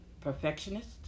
perfectionist